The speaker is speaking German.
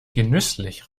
genüsslich